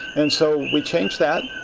and so, we changed that.